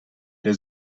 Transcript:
der